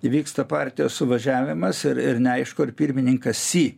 vyksta partijos suvažiavimas ir ir neaišku ar pirmininkas si